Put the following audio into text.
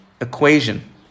equation